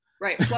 Right